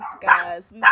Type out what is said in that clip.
guys